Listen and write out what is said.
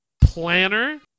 planner